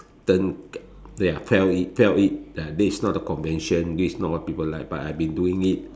turn ya felt it felt it uh this not a convention this not what people like but I've been doing it